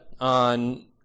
on